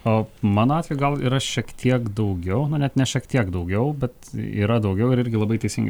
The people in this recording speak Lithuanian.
o mano atveju gal yra šiek tiek daugiau na net ne šiek tiek daugiau bet yra daugiau ir irgi labai teisingai